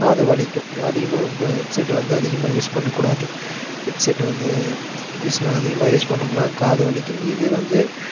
காது வலிக்கும் அதிகமாக ஹெட்செட் வந்து அதிகமாக யூஸ் பண்ணக்கூடாது ஹெட்செட் வந்து யூஸ் அதிகமாக யூஸ் பண்ணோம்முனா காது வலிக்கும் இது வந்து